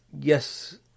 yes